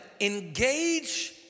engage